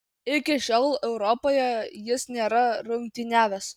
iki šiol europoje jis nėra rungtyniavęs